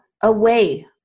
away